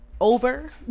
over